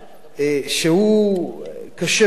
שהוא קשה ביותר.